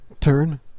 turn